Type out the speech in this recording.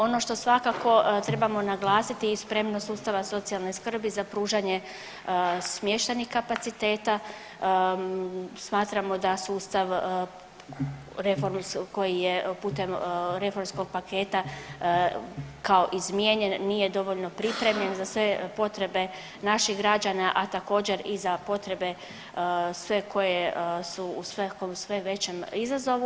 Ono što svakako trebamo naglasiti i spremnost sustava socijalne skrbi za pružanje smještajnih kapaciteta, smatramo da sustav reformski koji je putem reformskog paketa kao izmijenjen nije dovoljno pripremljen za sve potrebe naših građana, a također i za potrebe sve koje su u svakom sve većem izazovu.